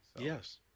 Yes